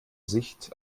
sicht